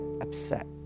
upset